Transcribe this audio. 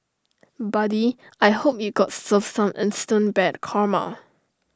buddy I hope you got served some instant bad karma